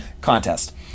contest